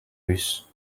russe